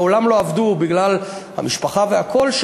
שמעולם לא עבדו בגלל המשפחה והכול,